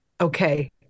Okay